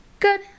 Good